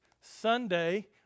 Sunday